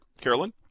Carolyn